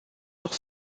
doch